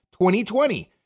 2020